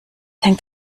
hängt